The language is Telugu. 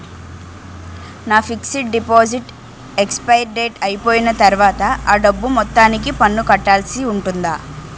నా ఫిక్సడ్ డెపోసిట్ ఎక్సపైరి డేట్ అయిపోయిన తర్వాత అ డబ్బు మొత్తానికి పన్ను కట్టాల్సి ఉంటుందా?